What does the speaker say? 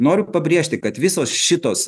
noriu pabrėžti kad visos šitos